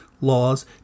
laws